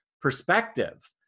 perspective